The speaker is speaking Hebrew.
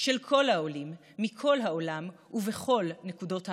של כל העולים מכל העולם בכל נקודות ההשפעה.